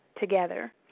together